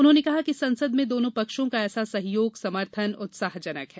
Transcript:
उन्होंने कहा कि संसद में दोनों पक्षों का ऐसा सहयोग समर्थन उत्साहजनक है